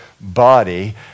body